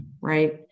right